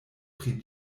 pri